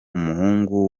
umuhungu